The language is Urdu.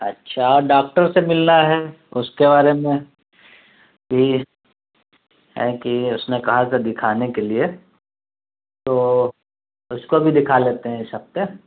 اچھا اور ڈاکٹر سے ملنا ہے اس کے بارے میں بھی ہے کہ اس میں کہا تھا دکھانے کے لیے تو اس کو بھی دکھا لیتے ہیں اس ہفتے